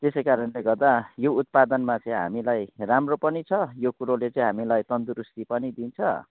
यसै कारणले गर्दा यो उत्पादनमा चाहिँ हामीलाई राम्रो पनि छ यो कुरोले चाहिँ हामीलाई तन्दरुस्ती पनि दिन्छ